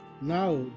Now